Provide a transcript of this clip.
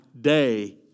day